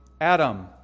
Adam